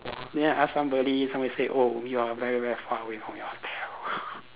then I ask somebody somebody say oh you are very very far away from your hotel